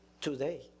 today